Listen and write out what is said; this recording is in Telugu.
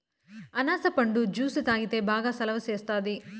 అనాస పండు జ్యుసు తాగితే బాగా సలవ సేస్తాది